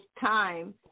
time